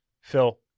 Phil